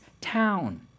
town